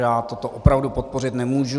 Já toto opravdu podpořit nemůžu.